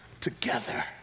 together